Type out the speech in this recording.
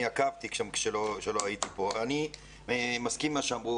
אני עקבתי כשלא הייתי פה, ואני מסכים עם מה שאמרו